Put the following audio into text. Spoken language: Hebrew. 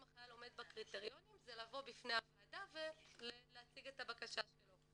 אם החייל עומד בקריטריונים זה לבוא בפני הוועדה ולהציג את הבקשה שלו.